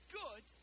good